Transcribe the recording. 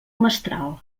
mestral